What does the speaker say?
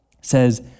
says